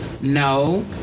No